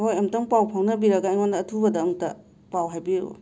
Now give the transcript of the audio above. ꯍꯣꯏ ꯑꯃꯨꯛꯇꯪ ꯄꯥꯎ ꯐꯥꯎꯅꯕꯤꯔꯒ ꯑꯩꯉꯣꯟꯗ ꯑꯊꯨꯕꯗ ꯑꯃꯨꯛꯇ ꯄꯥꯎ ꯍꯥꯏꯕꯤꯌꯨ